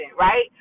right